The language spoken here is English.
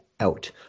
out